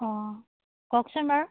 অঁ কওকচোন বাৰু